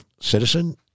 citizen